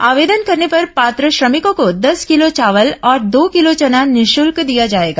आवेदन करने पर पात्र श्रमिकों को दस किलो चावल और दो किलो चना निःशुल्क दिया जाएगा